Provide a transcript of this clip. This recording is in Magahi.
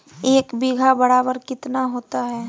एक बीघा बराबर कितना होता है?